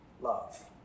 love